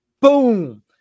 Boom